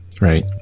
right